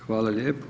Hvala lijepo.